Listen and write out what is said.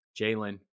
Jalen